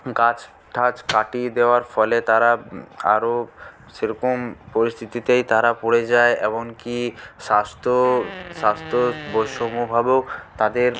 গাছ ঠাছ কাটিয়ে দেওয়ার ফলে তারা আরও সেরকম পরিস্থিতিতেই তারা পড়ে যায় এমনকি স্বাস্থ্য স্বাস্থ্য বৈষম্যভাবেও তাদের